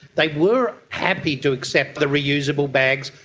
they were happy to accept the reusable bags,